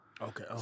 Okay